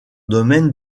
domaine